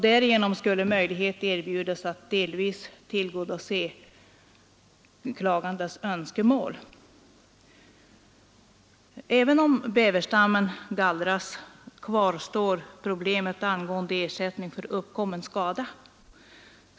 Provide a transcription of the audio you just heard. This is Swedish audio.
Därigenom skulle möjlighet erbjudas att delvis tillgodose de klagandes önskemål. Även om bäverstammen gallras kvarstår emellertid problemet angående ersättning för uppkommen skada.